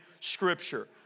Scripture